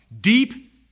deep